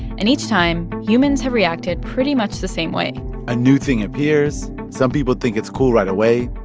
and each time, humans have reacted pretty much the same way a new thing appears. some people think it's cool right away.